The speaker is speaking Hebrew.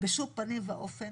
בשום פנים ואופן